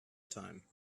time